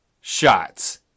Shots